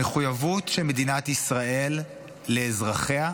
המחויבות של מדינת ישראל לאזרחיה,